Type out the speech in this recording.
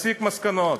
תסיק מסקנות.